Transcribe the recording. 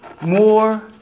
more